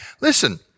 Listen